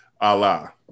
Allah